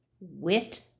Wit